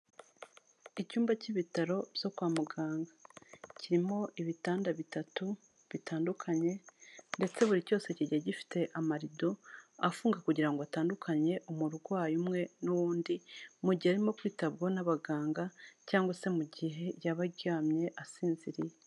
Icyumba cy'ibitaro byo kwa muganga kirimo ibitanda bitatu bitandukanye ndetse buri cyose kigiye gifite amarido afunga, kugirango ngo atandukanye umurwayi umwe n'undi mu gihe arimo kwitabwaho n'abaganga cyangwa se mu gihe yaba aryamye asinziriye.